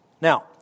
Now